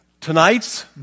Tonight's